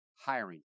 hiring